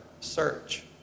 search